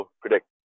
Predict